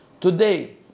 Today